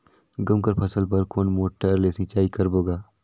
गहूं कर फसल बर कोन मोटर ले सिंचाई करबो गा?